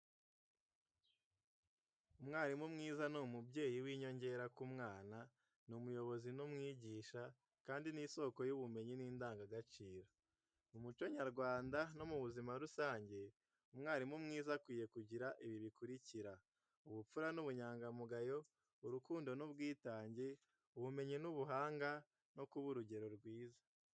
Umwarimu mwiza ni umubyeyi w’inyongera ku mwana, ni umuyobozi n’umwigisha, kandi ni isoko y’ubumenyi n’indangagaciro. Mu muco nyarwanda no mu buzima rusange, umwarimu mwiza akwiye kugira ibi bikurikira: ubupfura n’ubunyangamugayo, urukundo n’ubwitange, ubumenyi n’ubuhanga no kuba urugero rwiza.